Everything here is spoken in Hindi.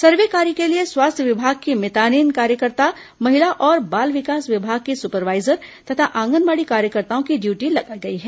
सर्वे कार्य के लिए स्वास्थ्य विभाग की भितानिन कार्यकर्ता महिला और बाल विकास विभाग की सपरवाइजर तथा आंगनबाडी कार्यकर्ताओं की ड्यूटी लगाई गई है